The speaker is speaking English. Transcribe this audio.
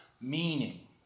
meaning